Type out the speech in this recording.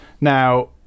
now